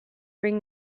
bring